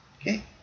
Okay